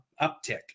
uptick